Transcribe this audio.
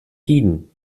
tiden